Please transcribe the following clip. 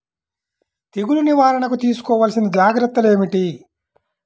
తెగులు నివారణకు తీసుకోవలసిన జాగ్రత్తలు ఏమిటీ?